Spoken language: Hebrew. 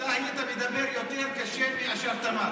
אתה היית מדבר יותר קשה מאשר תמר.